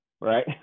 right